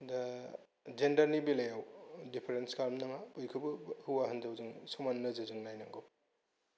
दा जेन्दारनि बेलायाव दिपारेन्स खालाम नाङा बयखौबो हौवा हिनजाव जों समान नोजोरजों नायनांगौ